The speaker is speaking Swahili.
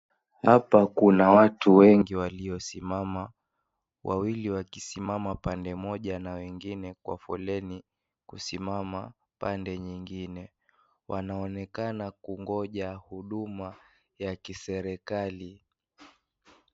Hapa Kuna watu wengi waliosimama wawili wakisimama pande moja na wengine kwa foleni kusimama pande nyingine, wanaonekana kungonja huduma ya kiserikali.